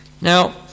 now